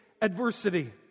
adversity